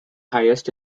highest